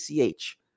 ACH